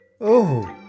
Oh